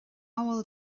bhfuil